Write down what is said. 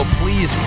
please